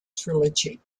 trilogy